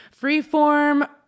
Freeform